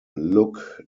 look